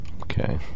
Okay